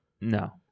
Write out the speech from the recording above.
no